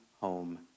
home